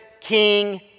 king